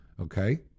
Okay